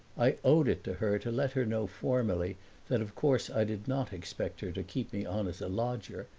i owed it to her to let her know formally that of course i did not expect her to keep me on as a lodger,